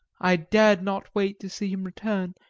i dared not wait to see him return,